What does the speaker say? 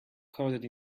coded